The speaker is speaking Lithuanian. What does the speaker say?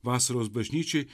vasaros bažnyčiai